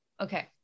okay